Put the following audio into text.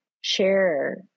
share